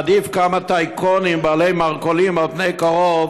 להעדיף כמה טייקונים בעלי מרכולים על קרוב